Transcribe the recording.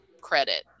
credit